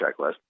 checklist